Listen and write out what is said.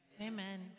Amen